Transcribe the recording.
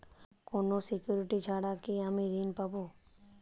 কোনো সিকুরিটি ছাড়া কি আমি ঋণ পাবো?